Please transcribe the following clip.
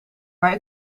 waar